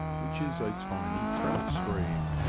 which is a tiny trout stream,